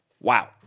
wow